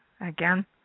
again